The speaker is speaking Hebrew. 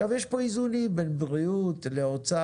עכשיו יש פה איזונים בין בריאות לאוצר,